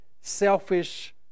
selfish